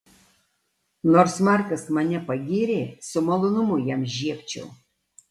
nors markas mane pagyrė su malonumu jam žiebčiau